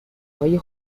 های